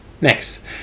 Next